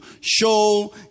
Show